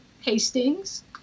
Hastings